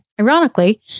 ironically